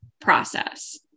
process